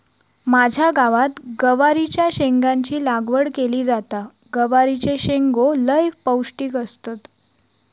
माझ्या गावात गवारीच्या शेंगाची लागवड केली जाता, गवारीचे शेंगो लय पौष्टिक असतत